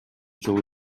жолу